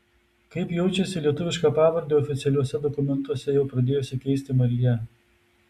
kaip jaučiasi lietuvišką pavardę oficialiuose dokumentuose jau pradėjusi keisti marija